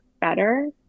better